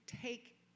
take